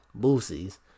Boosie's